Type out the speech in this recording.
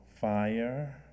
fire